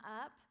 up